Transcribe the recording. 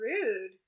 rude